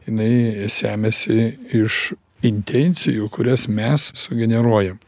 jinai semiasi iš intencijų kurias mes sugeneruojam